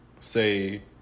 say